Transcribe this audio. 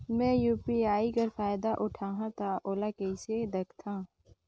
मैं ह यू.पी.आई कर फायदा उठाहा ता ओला कइसे दखथे?